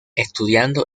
estudiando